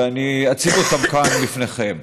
ואני אציג אותם כאן בפניכם: